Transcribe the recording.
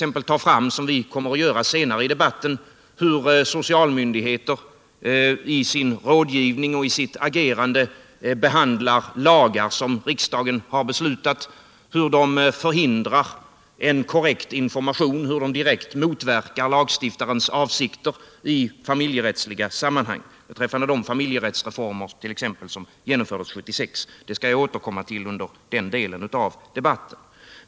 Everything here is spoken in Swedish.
Man kan — som vi kommer att göra senare under debatten — påvisa hur socialmyndigheter i sin rådgivning och i sitt agerande behandlar lagar som riksdagen har beslutat, hur de förhindrar en korrekt information, hur de direkt motverkar lagstiftarens avsikter i familjerättssammanhang, t.ex. beträffande de familjerättsreformer som genomfördes 1976. Det skall jag återkomma till under den delen av debatten.